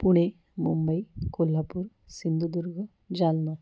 Pune Mumbai Kolhapur Sindhudurg Jalna